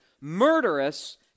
murderous